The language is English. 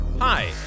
Hi